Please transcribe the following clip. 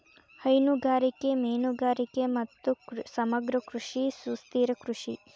ಹೈನುಗಾರಿಕೆ, ಮೇನುಗಾರಿಗೆ ಮತ್ತು ಸಮಗ್ರ ಕೃಷಿ ಸುಸ್ಥಿರ ಕೃಷಿ